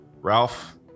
Ralph